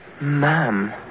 ma'am